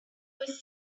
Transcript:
was